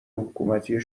حکومتی